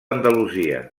andalusia